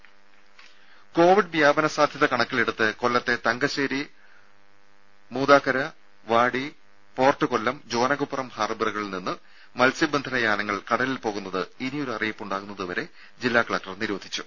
രുദ കോവിഡ് വ്യാപന സാധ്യത കണക്കിലെടുത്ത് കൊല്ലത്തെ തങ്കശ്ശേരി മൂതാകര വാടി പോർട്ട് കൊല്ലം ജോനകപ്പുറം ഹാർബറുകളിൽ നിന്ന് മത്സ്യബന്ധന യാനങ്ങൾ കടലിൽ പോകുന്നത് ഇനിയൊരു അറിയിപ്പ് ഉണ്ടാകുന്നത് വരെ ജില്ലാ കലക്ടർ നിരോധിച്ചു